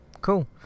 cool